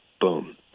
Boom